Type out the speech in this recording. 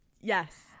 Yes